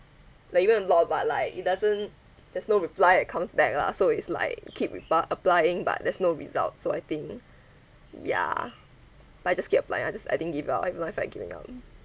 like even law but like it doesn't there's no reply that comes back lah so it's like keep re bulk applying but there's no results so I think ya but I just kept applying I just I didn't give up everyone feel like giving up